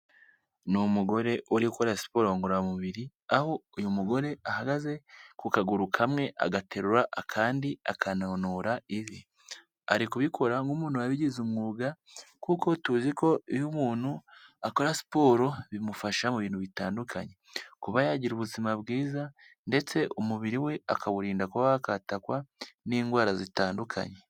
Ni umugore uri gukora siporo ngororamubiri, aho uyu mugore ahagaze ku kaguru kamwe agaterura akandi akananura ivi. Ari kubikora nk'umuntu wabigize umwuga, kuko tuzi ko iyo umuntu akora siporo bimufasha mu bintu bitandukanye. Kuba yagira ubuzima bwiza ndetse umubiri we akawurinda kuba wakwatakwa n'indwara zitandukanye.